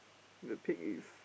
the pig is